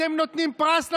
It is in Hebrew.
אתם נותנים פרס לטרור.